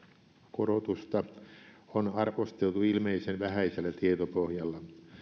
korotusta on arvosteltu ilmeisen vähäisellä tietopohjalla